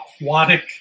aquatic